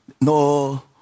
No